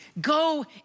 Go